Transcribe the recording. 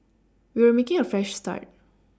we were making a fresh start